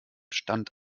stand